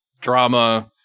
drama